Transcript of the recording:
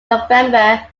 november